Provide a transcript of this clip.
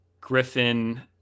Griffin